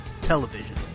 television